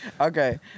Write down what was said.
Okay